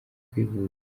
kwivuza